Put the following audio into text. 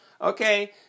Okay